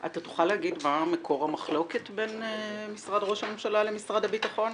אתה תוכל לומר מה מקור המחלוקת בין משרד ראש הממשלה למשרד הביטחון?